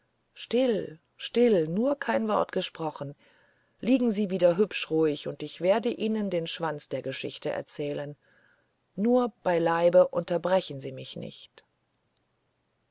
still still nur kein wort gesprochen liegen sie wieder hübsch ruhig und ich werde ihnen den schwanz der geschichte erzählen nur beileibe unterbrechen sie mich nicht